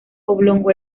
oblongo